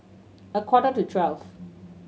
a quarter to twelve